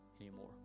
anymore